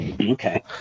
Okay